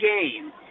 game